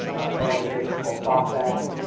an organization called softbank,